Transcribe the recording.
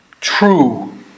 true